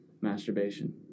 masturbation